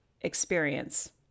experience